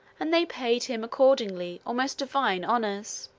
and they paid him, accordingly, almost divine honors.